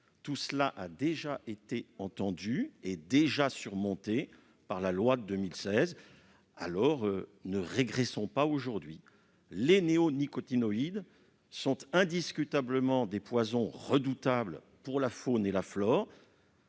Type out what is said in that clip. Tout cela a déjà été entendu et surmonté par la loi de 2016. Alors, ne régressons pas ! Les néonicotinoïdes sont indiscutablement des poisons redoutables pour la faune et la flore.